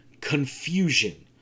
confusion